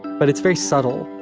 but it's very subtle.